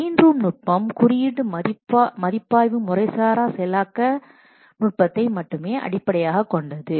cleanroom நுட்பம் குறியீட்டு மதிப்பாய்வு முறைசாரா செயலாக்க முறைநுட்பத்தை மட்டுமேஅடிப்படையாகக் கொண்டது